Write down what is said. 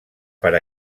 per